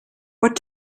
what